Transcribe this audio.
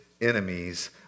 enemies